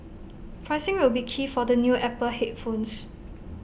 pricing will be key for the new Apple headphones